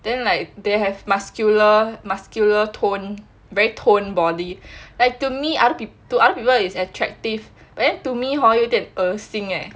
then like they have muscular muscular tone very toned body like to me people to other people is attractive but then to me hor 好像有点恶心 leh